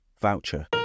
voucher